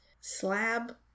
slab